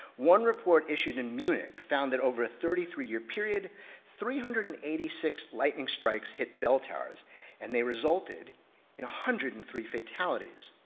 one report issued in munich found that over a thirty three year period three hundred and eighty six lightning strikes hit bell towers and they resulted in one hundred and three fatalities.